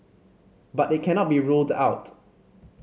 but it cannot be ruled out